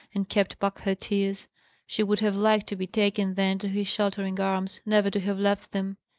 and kept back her tears she would have liked to be taken then to his sheltering arms, never to have left them.